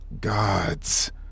Gods